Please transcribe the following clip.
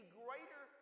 greater